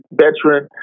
veteran